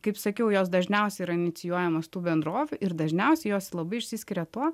kaip sakiau jos dažniausiai yra inicijuojamos tų bendrovių ir dažniausiai jos labai išsiskiria tuo